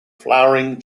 flowering